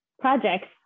projects